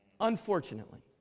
Unfortunately